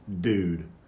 dude